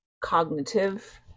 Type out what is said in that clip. cognitive